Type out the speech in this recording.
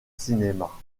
cinéma